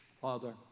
Father